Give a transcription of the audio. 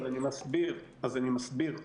אני מסביר, אני מסביר.